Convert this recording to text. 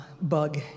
bug